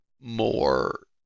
more